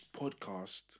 podcast